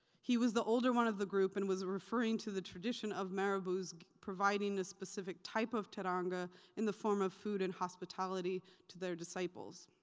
he was the older one of the group and was referring to the tradition of marabouts providing a specific type of teranga in the form of food and hospitality to their disciples.